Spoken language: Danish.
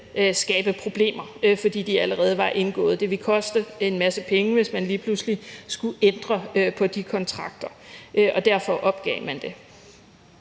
skabe problemer, altså fordi de allerede var indgået. Det ville koste en masse penge, hvis man lige pludselig skulle ændre på de kontrakter, og derfor opgav man det.